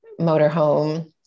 motorhome